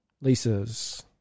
Lisa's